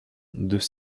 deux